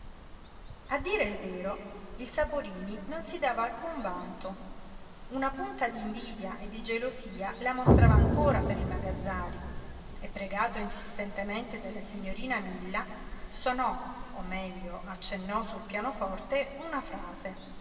a dir vero il saporini non si dava alcun vanto una punta d'invidia e di gelosia la mostrava ancora per il magazzari e pregato insistentemente dalla signorina milla sonò o meglio accennò sul pianoforte una frase